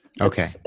Okay